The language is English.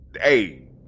hey